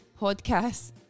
podcast